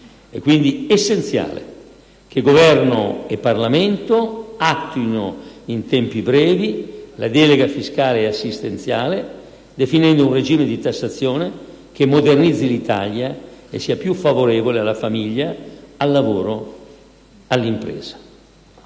Quindi, è essenziale che Governo e Parlamento attuino in tempi brevi la delega fiscale e assistenziale, definendo un regime di tassazione che modernizzi l'Italia e che sia più favorevole alla famiglia, al lavoro e all'impresa.